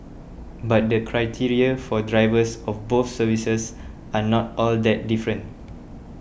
but the criteria for drivers of both services are not all that different